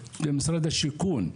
את משרד השיכון,